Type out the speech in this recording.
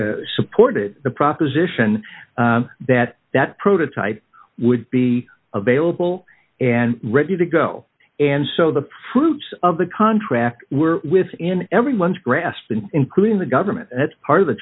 evidence supported the proposition that that prototype would be available and ready to go and so the proof of the contract were within everyone's grasp and including the government that's part of the